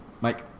Mike